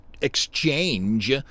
exchange